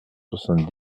soixante